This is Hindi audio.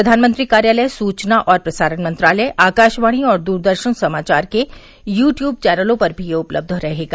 प्रधानमंत्री कार्यालय सूचना और प्रसारण मंत्रालय आकाशवाणी और दूरदर्शन समाचार के ंयू ट्यूब चैनलों पर भी यह उपलब रहेगा